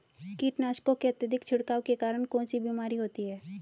कीटनाशकों के अत्यधिक छिड़काव के कारण कौन सी बीमारी होती है?